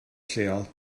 lleol